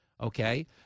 Okay